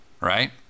right